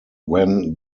when